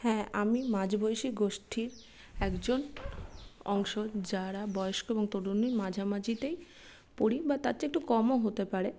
হ্যাঁ আমি মাঝবয়সী গোষ্ঠীর একজন অংশ যারা বয়স্ক এবং তরুণীর মাঝামাঝিতেই পড়ি বা তার চেয়ে একটু কমও হতে পারে